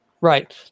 Right